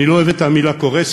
אני לא אוהב את המילה "קורסת".